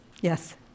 Yes